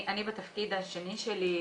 אני בתפקיד השני שלי,